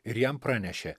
ir jam pranešė